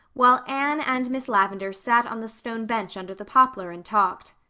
while anne and miss lavendar sat on the stone bench under the poplar and talked.